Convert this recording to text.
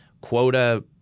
quota